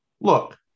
look